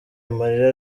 amarira